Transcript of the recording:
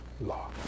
Law